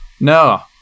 No